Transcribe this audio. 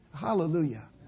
Hallelujah